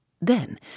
Then